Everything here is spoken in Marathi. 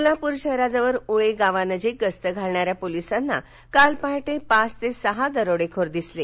सोलापूर शहराजवळील उळे गावानजिक गस्त घालणाऱ्या पोलिसांना काल पहाटे पाच ते सहा दरोडेखोर दिसले